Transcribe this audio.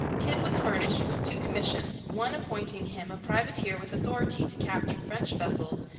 kidd was furnished with two commissions, one appointing him a privateer with authority to capture french vessels,